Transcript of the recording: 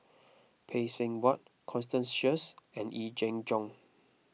Phay Seng Whatt Constance Sheares and Yee Jenn Jong